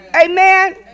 Amen